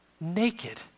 naked